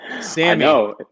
Sammy